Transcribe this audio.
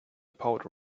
powder